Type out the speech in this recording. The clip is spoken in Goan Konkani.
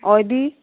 हय दी